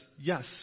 yes